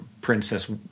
princess